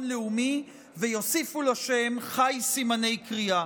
לאומי" ויוסיפו לשם ח"י סימני קריאה.